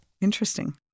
Interesting